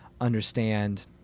understand